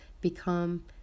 become